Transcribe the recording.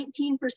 19%